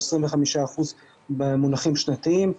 או 25% במונחים שנתיים,